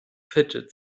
fidget